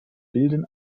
bilden